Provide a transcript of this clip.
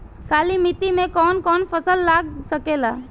काली मिट्टी मे कौन कौन फसल लाग सकेला?